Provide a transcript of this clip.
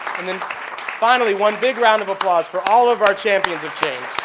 and then finally one big round of applause for all of our champions of change!